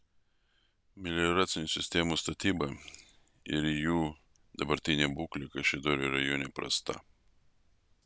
melioracijos sistemų statyba ir jų dabartinė būklė kaišiadorių rajone prasta